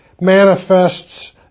manifests